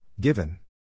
Given